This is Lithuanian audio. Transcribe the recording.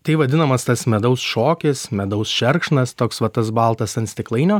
taip vadinamas tas medaus šokis medaus šerkšnas toks va tas baltas ant stiklainio